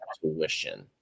tuition